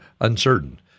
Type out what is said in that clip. uncertain